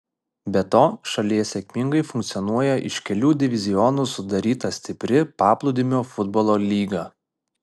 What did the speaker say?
be to šalyje sėkmingai funkcionuoja iš kelių divizionų sudaryta stipri paplūdimio futbolo lyga